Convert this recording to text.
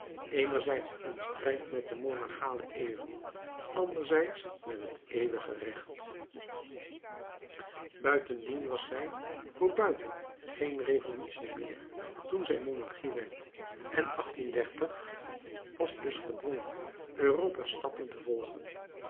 eenerzijds in strijd met de monarchale eeuwen anderzijds met het eeuwige recht buitendien was zij voor buiten geen revolutie meer toen zij monarchie werd en was dus gedwongen europa's stappen te volgen